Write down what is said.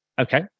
okay